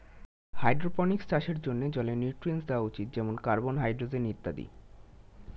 hydroponics চাষের জন্যে জলে নিউট্রিয়েন্টস দেওয়া উচিত যেমন কার্বন, হাইড্রোজেন ইত্যাদি